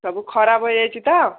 ସବୁ ଖରାପ ହୋଇଯାଇଛି ତ